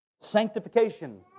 sanctification